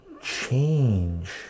change